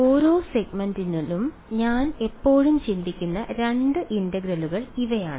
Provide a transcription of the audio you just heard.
ഓരോ സെഗ്മെന്റിലും ഞാൻ എപ്പോഴും ചിന്തിക്കുന്ന രണ്ട് ഇന്റഗ്രലുകൾ ഇവയാണ്